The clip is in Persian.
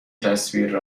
تصویر